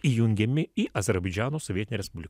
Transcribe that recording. įjungiami į azerbaidžano sovietinę respubliką